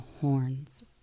horns